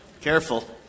Careful